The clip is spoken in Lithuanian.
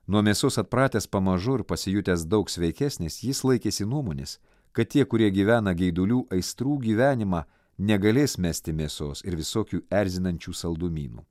nuo mėsos atpratęs pamažu ir pasijutęs daug sveikesnis jis laikėsi nuomonės kad tie kurie gyvena geidulių aistrų gyvenimą negalės mesti mėsos ir visokių erzinančių saldumynų